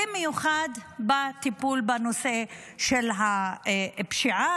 במיוחד בטיפול בנושא של פשיעה,